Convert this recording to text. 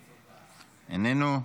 אינינו.